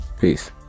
Peace